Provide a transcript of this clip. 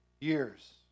years